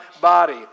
body